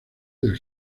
del